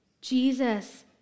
Jesus